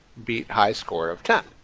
beat high score of ten